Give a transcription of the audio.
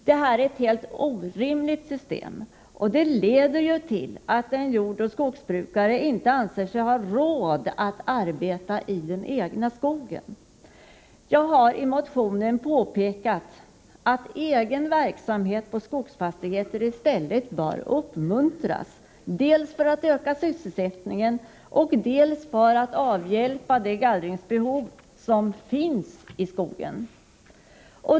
Detta är ett helt orimligt system, och det leder'till att en jordoch skogsbrukare inte anser sig ha råd att arbeta i den egna skogen. Jag har i motionen påpekat att egen verksamhet på skogsfastigheter i stället bör uppmuntras dels för att öka sysselsättningen, dels för att avhjälpa det gallringsbehov som finns i skogen.